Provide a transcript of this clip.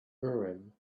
urim